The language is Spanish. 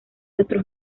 otros